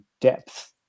depth